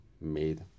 made